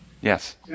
Yes